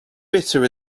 bitter